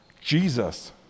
Jesus